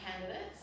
candidates